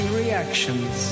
reactions